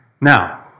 Now